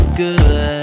good